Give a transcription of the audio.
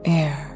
air